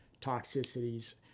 toxicities